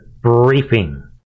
briefing